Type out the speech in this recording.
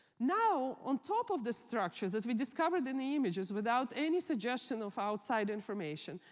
now, on top of the structure that we discovered in the images without any suggestion of outside information,